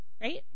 Right